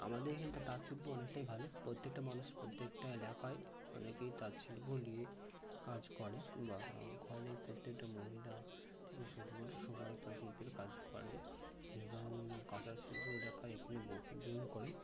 আমাদের এখানকার তাঁত শিল্প অনেকটাই ভালো প্রত্যেকটা মানুষ প্রত্যেকটা এলাকায় অনেকেই তাঁত শিল্প নিয়ে কাজ করে বা ঘরে প্রত্যেকটা মহিলা থেকে শুরু করে সবাই তাঁত শিল্পে কাজ করে এবং কাঁঁথা শিল্প এলাকায় এখানে বহুজন করে